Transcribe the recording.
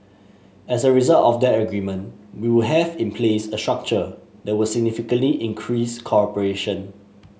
as a result of that agreement we would have in place a structure that would significantly increase cooperation